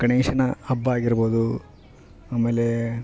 ಗಣೇಶನ ಹಬ್ಬ ಆಗಿರ್ಬೌದು ಆಮೇಲೇ